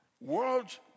World